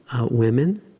women